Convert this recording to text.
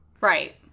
Right